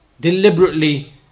deliberately